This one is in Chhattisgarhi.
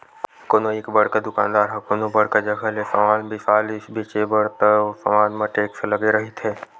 कोनो एक बड़का दुकानदार ह कोनो बड़का जघा ले समान बिसा लिस बेंचे बर त ओ समान म टेक्स लगे रहिथे